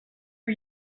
for